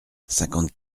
cinquante